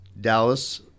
Dallas